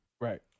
Right